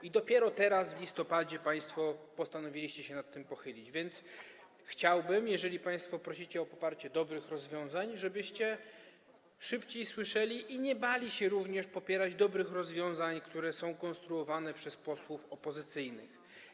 I dopiero teraz w listopadzie państwo postanowiliście się nad tym pochylić, więc chciałbym, jeżeli państwo prosicie o poparcie dobrych rozwiązań, żebyście szybciej słyszeli i również nie bali się popierać dobrych rozwiązań, które są konstruowane przez posłów opozycyjnych.